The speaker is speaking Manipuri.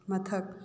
ꯃꯊꯛ